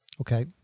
Okay